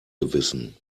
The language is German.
gewissen